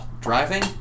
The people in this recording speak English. driving